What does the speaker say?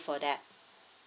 for that